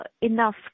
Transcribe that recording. enough